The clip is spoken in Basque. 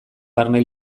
barne